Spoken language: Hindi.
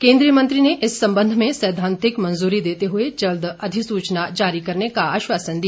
केन्द्रीय मंत्री ने इस संबंध में सैद्धांतिक मंजूरी देते हुए जल्द अधिसूचना जारी करने का आश्वासन दिया